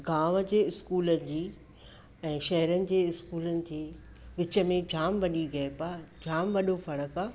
गांव जे स्कूल जी ऐं शहरनि जे स्कूलनि जी विच में जाम वॾी गैप आहे जाम वॾो फ़र्क़ु आहे